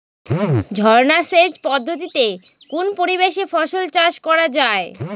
ঝর্না সেচ পদ্ধতিতে কোন পরিবেশে ফসল চাষ করা যায়?